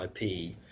IP